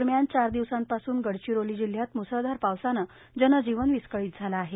दरम्यान चार दिवसांपासून गडचिरोली जिल्ह्यात मुसळधार पावसानं जनजीवन विस्कळीत झालं आहे